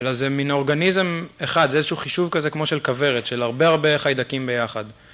אלא זה מין אורגניזם אחד, זה איזשהו חישוב כזה כמו של כוורת, של הרבה הרבה חיידקים ביחד